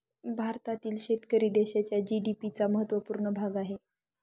भारतातील शेतकरी देशाच्या जी.डी.पी चा महत्वपूर्ण भाग आहे